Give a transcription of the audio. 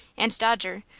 and dodger,